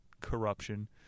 corruption